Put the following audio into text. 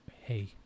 hey